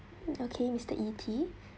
okay mister E_T